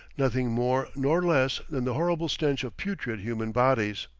nothing more nor less than the horrible stench of putrid human bodies.